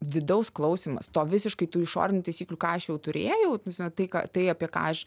vidaus klausymas to visiškai tų išorinių taisyklių ką aš jau turėjau tai ką tai apie ką aš